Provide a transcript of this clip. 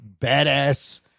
badass